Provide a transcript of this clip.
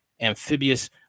amphibious